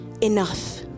enough